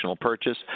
purchase